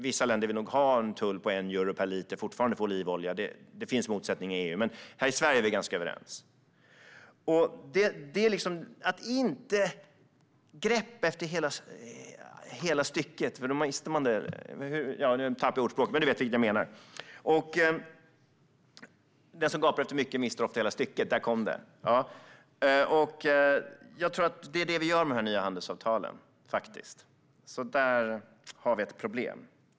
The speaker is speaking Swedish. Vissa länder vill fortfarande ha en tull på 1 euro per liter olivolja. Det finns motsättningar i EU, men här i Sverige är vi ganska överens. Den som gapar efter mycket mister ofta hela stycket. Det är det som vi faktiskt gör med de nya handelsavtalen. Där har vi ett problem.